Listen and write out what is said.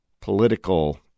political